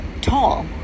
tall